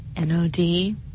NOD